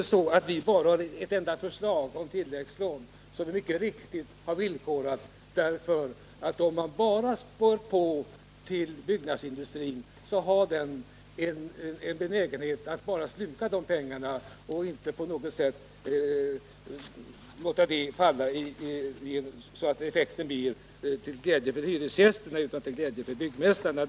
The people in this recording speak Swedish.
Vi har inte bara ett enda förslag om tilläggslån, som vi mycket riktigt har villkorat, därför att om man bara späder på till byggnadsindustrin, har denna en benägenhet att sluka pengarna utan att det blir till glädje för hyresgästerna. Det gynnar byggmästarna.